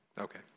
Okay